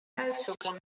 uitzoeken